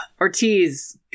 Ortiz